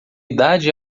idade